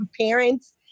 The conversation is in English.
parents